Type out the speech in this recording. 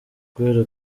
guhera